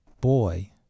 boy